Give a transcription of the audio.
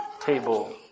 table